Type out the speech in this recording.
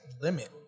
limit